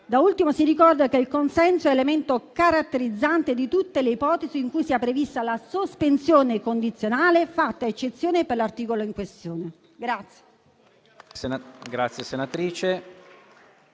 Da ultimo, si ricorda che il consenso è elemento caratterizzante di tutte le ipotesi in cui sia prevista la sospensione condizionale, fatta eccezione per l'articolo in questione.